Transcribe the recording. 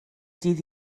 dydd